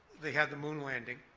they had the moon landing.